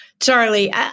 Charlie